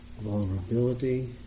vulnerability